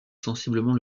sensiblement